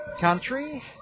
country